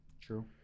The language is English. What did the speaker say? true